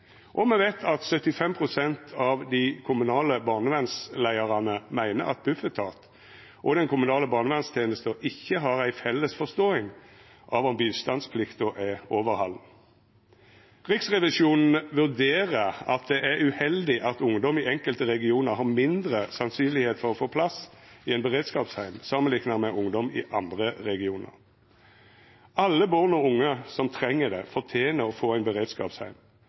Og me veit at 75 pst. av dei kommunale barnevernsleiarane meiner at Bufetat og den kommunale barnevernstenesta ikkje har ei felles forståing av om bistandsplikta er overhalden. Riksrevisjonen vurderer at det er uheldig at det er mindre sannsynleg at ungdom i enkelte regionar får plass i ein beredskapsheim enn ungdom i andre regionar. Alle barn og unge som treng det, fortener å få ein beredskapsheim.